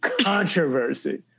controversy